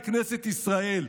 בכנסת ישראל.